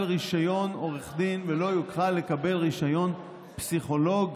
רישיון עורך דין ולא יוכל לקבל רישיון פסיכולוג,